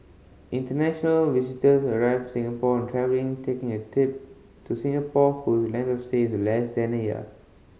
international visitors arrivals Singapore and travelling taking a tip to Singapore whose length of stay is less than a year